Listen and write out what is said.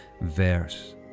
verse